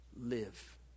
Live